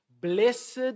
Blessed